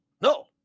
No